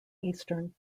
eastern